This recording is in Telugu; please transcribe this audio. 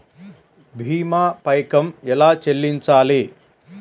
భీమా పైకం ఎలా చెల్లించాలి?